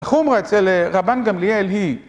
חומרא אצל רבן גמליאל היא